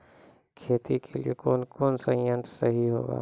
खेती के लिए कौन कौन संयंत्र सही रहेगा?